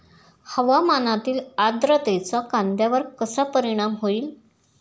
हवामानातील आर्द्रतेचा कांद्यावर कसा परिणाम होईल?